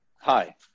Hi